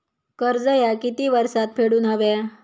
कर्ज ह्या किती वर्षात फेडून हव्या?